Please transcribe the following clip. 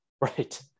Right